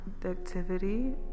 productivity